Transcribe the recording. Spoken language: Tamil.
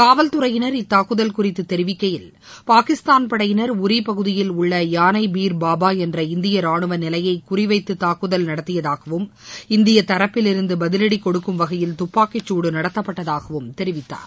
காவல் துறையினர் இத்தாக்குதல் குறித்து தெரிவிக்கையில் பாகிஸ்தான் படையினர் உரி பகுதியில் உள்ள யானை பீர் பாபா என்ற இந்திய ரானுவ நிலையய குறிவைத்து தாக்குதல் நடத்தியதாகவும் இந்திய தரப்பில் இருந்து பதிலடி கொடுக்கும் வகையில் துப்பாக்கி சூடு நடத்தப்பட்டதாகவும் தெரிவித்தனர்